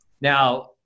Now